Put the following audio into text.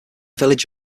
village